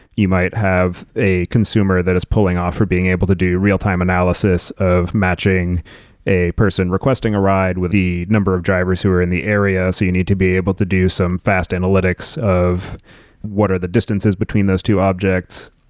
you might have a consumer that is pulling off or being able to do real-time analysis of matching a person requesting a ride with the number of drivers who are in the area. so you need to be able to do some fast analytics of what are the distances between those two objects.